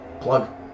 Plug